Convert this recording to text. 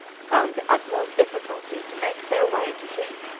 found the utmost difficulty to make their way to him,